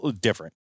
different